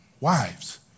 Wives